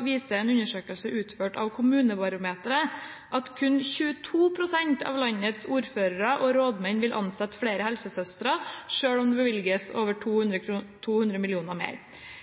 viser en undersøkelse utført av Kommunebarometeret at kun 22 pst. av landets ordførere og rådmenn vil ansette flere helsesøstre selv om det bevilges over 200 mill. kr mer.